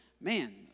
man